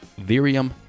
Virium